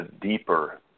deeper